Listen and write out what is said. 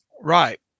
Right